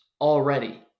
already